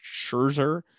Scherzer